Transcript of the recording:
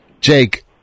Jake